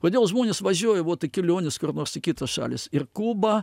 kodėl žmonės važiuoja vot į keliones kur nors į kitas šalis į kubą